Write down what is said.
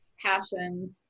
Passions